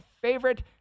favorite